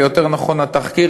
ויותר נכון התחקיר,